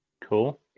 Cool